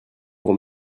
vous